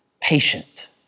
patient